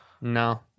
No